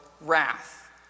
wrath